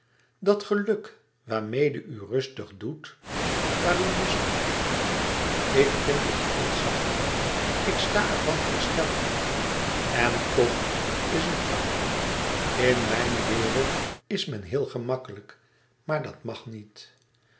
dat geluk waarmeê u rustig doet waar u lust in heeft ik vind het ontzaglijk ik sta ervan versteld en toch is het jammer in mijn wereld is men heel gemakkelijk maar dàt mag niet